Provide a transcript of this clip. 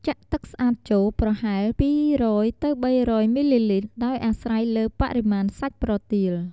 ចាក់ទឹកស្អាតចូលប្រហែល ២០០-៣០០ មីលីលីត្រ ដោយអាស្រ័យលើបរិមាណសាច់ប្រទាល។